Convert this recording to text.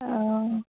অঁ